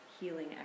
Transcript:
healing